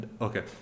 Okay